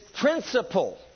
principle